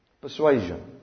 Persuasion